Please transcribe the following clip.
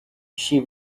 she